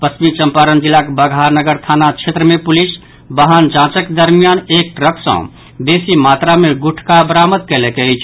पश्चिमी चंपारण जिलाक बगहा नगर थाना क्षेत्र मे पुलिस वाहन जांचक दरमियान एक ट्रक सॅ बेसी मात्रा मे गुटखा बरामद कयलक अछि